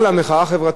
מה שהתברר,